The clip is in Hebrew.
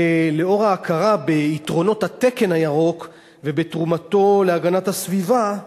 לאור ההכרה ביתרונות התקן הירוק ובתרומתו להגנת הסביבה,